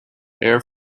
air